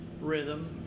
rhythm